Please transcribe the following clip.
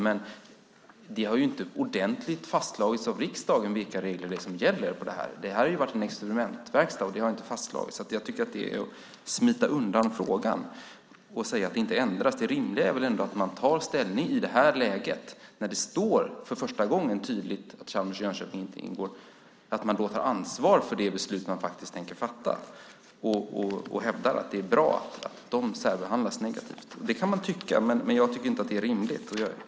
Men det har inte ordentligt fastslagits av riksdagen vilka regler det är som gäller i fråga om detta. Detta har varit en experimentverkstad, och det har inte fastslagits. Jag tycker att det är att smita undan frågan att säga att det inte ändras. Det rimliga är väl ändå att man tar ställning i det här läget när det för första gången står tydligt att Chalmers tekniska högskola och Högskolan i Jönköping inte ingår och att man tar ansvar för det beslut som man tänker fatta och hävdar att det är bra att de särbehandlas negativt. Det kan man tycka. Men jag tycker inte att det är rimligt.